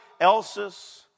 else's